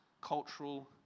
cultural